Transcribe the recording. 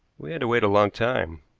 we had to wait a long time.